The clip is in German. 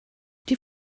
die